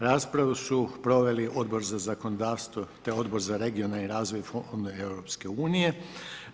Raspravu su proveli Odbor za zakonodavstvo te Odbor za regionalni razvoj i fondove EU-a.